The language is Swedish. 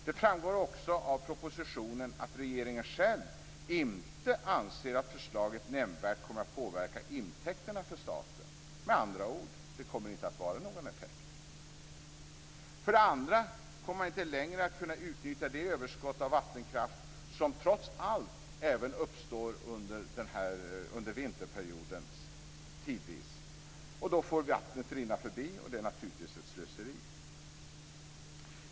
Det framgår också av propositionen att regeringen själv inte anser att förslaget nämnvärt kommer att påverka intäkterna för staten. Med andra ord kommer det inte att bli någon effekt. För det andra kommer man inte längre att kunna utnyttja det överskott av vattenkraft som trots allt tidvis uppstår även under vinterperioden. Då får vattnet rinna förbi, och det är naturligtvis ett slöseri.